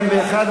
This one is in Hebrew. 41,